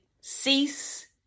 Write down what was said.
cease